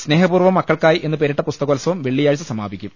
സ്നേഹപൂർവം മക്കൾക്കായ് എന്നുപേരിട്ട പുസ്തകോത്സവം വെള്ളിയാഴ്ച സമാ പിക്കും